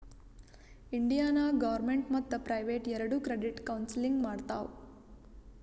India ನಾಗ್ government ಮತ್ತ private ಎರೆಡು ಕ್ರೆಡಿಟ್ ಕೌನ್ಸಲಿಂಗ್ ಮಾಡ್ತಾವ್